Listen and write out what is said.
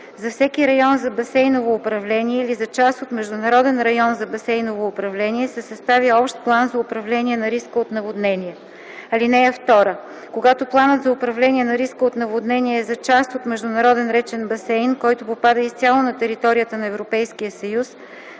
За всеки район за басейново управление или за част от международен район за басейново управление се съставя общ план за управление на риска от наводнения. (2) Когато планът за управление на риска от наводнения е за част от международен речен басейн, който попада изцяло на територията на Европейския съюз,